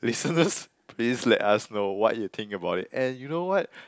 listeners please let us know what you think about it and you know what